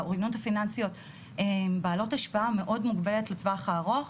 האוריינות הפיננסיות בעלות השפעה מאוד מוגבלת לטווח הארוך,